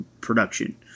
production